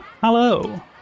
Hello